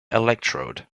electrode